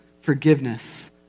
forgiveness